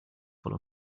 full